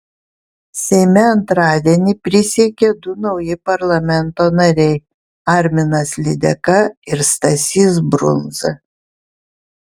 seime antradienį prisiekė du nauji parlamento nariai arminas lydeka ir stasys brundza